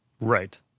Right